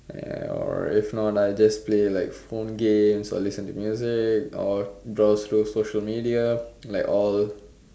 uh or if not I just play like phone games or listen to music or browse through social media like all